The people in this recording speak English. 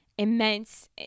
immense